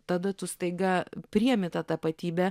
tada tu staiga priėmi tą tapatybę